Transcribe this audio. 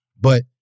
But-